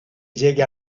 llegue